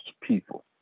people